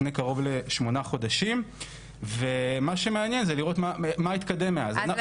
לפני קרוב לשמונה חודשים ומה שמעניין אותי זה לראות מה התקדם מאז.